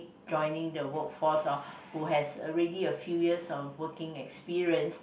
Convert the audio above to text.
joining the workforce or who has already a few yeahrs of working experience